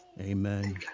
Amen